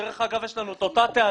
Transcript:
דרך אגב, יש לנו את אותה טענה.